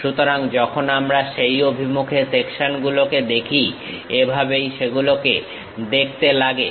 সুতরাং যখন আমরা সেই অভিমুখে সেকশনগুলোকে দেখি এভাবেই সেগুলোকে দেখতে লাগে